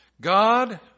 God